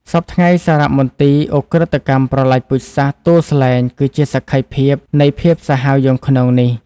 សព្វថ្ងៃ សារមន្ទីរឧក្រិដ្ឋកម្មប្រល័យពូជសាសន៍ទួលស្លែង គឺជាសក្ខីភាពនៃភាពសាហាវយង់ឃ្នងនេះ។